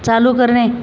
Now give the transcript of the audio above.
चालू करणे